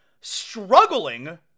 struggling